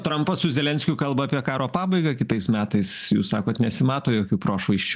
trampas su zelenskiu kalba apie karo pabaigą kitais metais jūs sakot nesimato jokių prošvaisčių